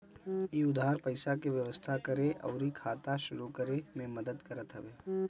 इ उधार पईसा के व्यवस्था करे अउरी खाता शुरू करे में मदद करत हवे